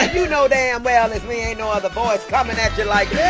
you know damn well it's me. ain't no other voice coming at you like yeah